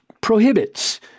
prohibits